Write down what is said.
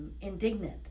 indignant